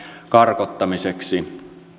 karkottamiseksi